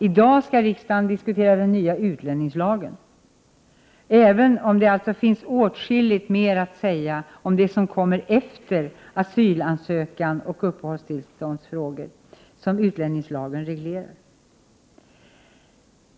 I dag skall riksdagen diskutera den nya utlänningslagen. Det finns åtskilligt mer att säga om det som kommer efter asylansökan och uppehållstillståndsfrågor, vilket utlänningslagen reglerar.